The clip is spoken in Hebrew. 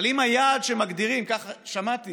אבל אם היעד שמגדירים, כך שמעתי